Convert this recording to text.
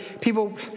people